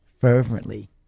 fervently